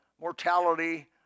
mortality